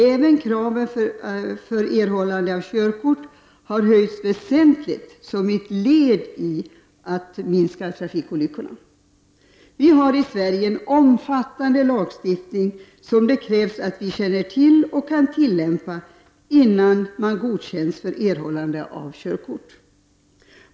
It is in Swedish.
Även kraven för erhållande av körkort har höjts väsentligt som ett led i att minska trafikolyckorna. Vi har i Sverige en omfattande lagstiftning som det krävs att man känner till och kan tillämpa innan man godkänns för erhållande av körkort.